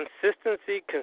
Consistency